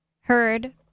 heard